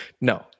No